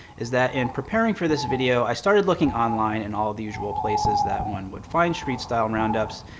is that in preparing for this video, i started looking online in all of the usual places that one would find street style roundups,